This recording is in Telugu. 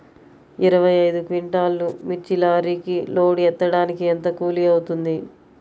ఇరవై ఐదు క్వింటాల్లు మిర్చి లారీకి లోడ్ ఎత్తడానికి ఎంత కూలి అవుతుంది?